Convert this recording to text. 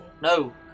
No